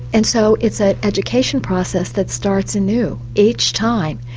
and so it's an education process that starts anew each time.